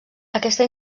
aquesta